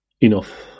Enough